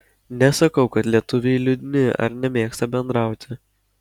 nesakau kad lietuviai liūdni ar nemėgsta bendrauti